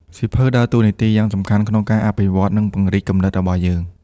សៀវភៅដើរតួនាទីយ៉ាងសំខាន់ក្នុងការអភិវឌ្ឍ និងពង្រីក គំនិត របស់យើង។